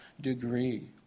degree